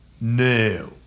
No